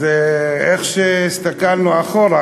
אז איך שהסתכלנו אחורה,